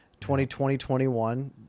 2020-21